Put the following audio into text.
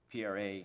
PRA